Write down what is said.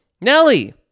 Nelly